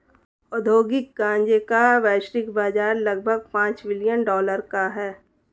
औद्योगिक गांजे का वैश्विक बाजार लगभग पांच बिलियन डॉलर का है